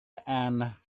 and